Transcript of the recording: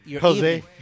Jose